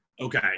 Okay